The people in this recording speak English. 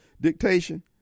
dictation